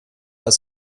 als